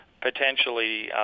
potentially